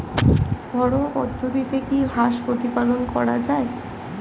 ঘরোয়া পদ্ধতিতে কি হাঁস প্রতিপালন করা যায়?